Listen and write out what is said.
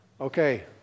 Okay